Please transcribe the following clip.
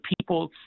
people